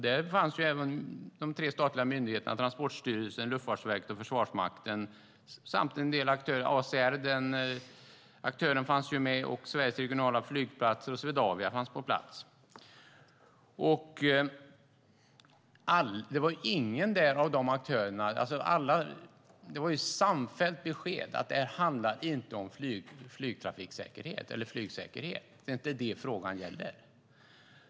Där fanns de tre statliga myndigheterna Transportstyrelsen, Luftfartsverket och Försvarsmakten representerade samt en del aktörer. ACR, Sveriges regionala flygplatser och Swedavia fanns på plats. Samtliga aktörer gav samfällt besked. Dessa frågor handlar inte om flygsäkerhet. Det är inte vad frågan gäller.